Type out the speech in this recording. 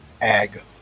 ag